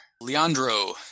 Leandro